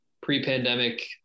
pre-pandemic